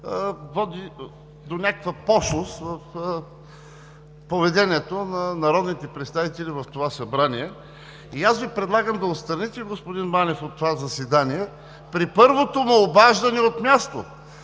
води до някаква пошлост в поведението на народните представители в това събрание. Аз Ви предлагам да отстраните господин Манев от това заседание при първото му обаждане от място,